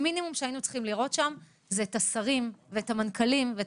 המינימום שהיינו צריכים לראות שם זה את השרים ואת המנכ"לים ואת